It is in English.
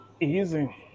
Easy